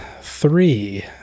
three